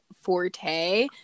forte